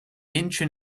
incheon